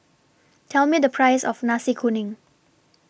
Tell Me The Price of Nasi Kuning